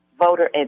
voter